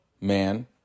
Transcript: man